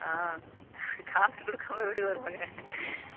ஆ காசு கொடுக்காம எப்படி வருவாங்க